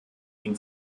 ihn